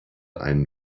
einen